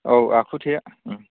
औ आखुथाया